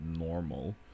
normal